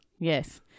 Yes